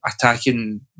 attacking